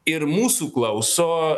ir mūsų klauso